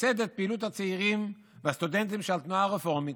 "ייסד את פעילות הצעירים והסטודנטים של התנועה הרפורמית.